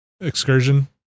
excursion